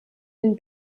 den